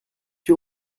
you